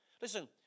listen